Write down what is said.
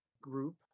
group